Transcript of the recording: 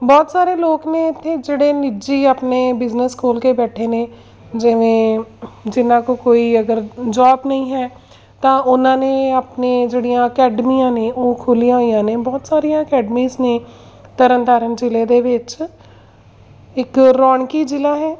ਬਹੁਤ ਸਾਰੇ ਲੋਕ ਨੇ ਇੱਥੇ ਜਿਹੜੇ ਨਿੱਜੀ ਆਪਣੇ ਬਿਜਨਸ ਖੋਲ੍ਹ ਕੇ ਬੈਠੇ ਨੇ ਜਿਵੇਂ ਜਿਨ੍ਹਾਂ ਕੋਲ ਕੋਈ ਅਗਰ ਜੋਬ ਨਹੀਂ ਹੈ ਤਾਂ ਉਹਨਾਂ ਨੇ ਆਪਣੀ ਜਿਹੜੀਆਂ ਅਕੈਡਮੀਆਂ ਨੇ ਉਹ ਖੋਲ੍ਹੀਆਂ ਹੋਈਆਂ ਨੇ ਬਹੁਤ ਸਾਰੀਆਂ ਅਕੈਡਮੀਜ਼ ਨੇ ਤਰਨ ਤਾਰਨ ਜ਼ਿਲ੍ਹੇ ਦੇ ਵਿੱਚ ਇੱਕ ਰੌਣਕੀ ਜ਼ਿਲ੍ਹਾ ਹੈ